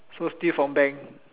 so steal from bank